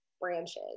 branches